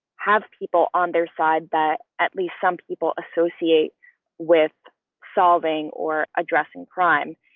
have people on their side that at least some people associate with solving or addressing crime.